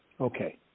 Okay